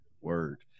Word